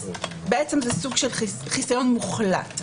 זה סוג של חיסיון מוחלט.